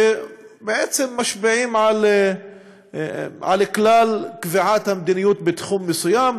שבעצם משפיעים על כלל קביעת המדיניות בתחום מסוים.